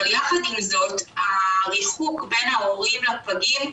אבל יחד עם זאת, הריחוק בין ההורים לפגים,